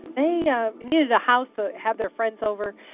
they yeah needed a house to have their friends over.